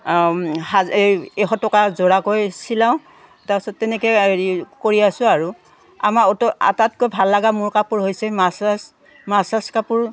এই এশ টকা যোৰাকৈ চিলাওঁ তাৰপিছত তেনেকৈ হেৰি কৰি আছোঁ আৰু আমাৰ অটো আটাইতকৈ ভাল লগা মোৰ কাপোৰ হৈছে মা চাজ মাহ চাজ কাপোৰ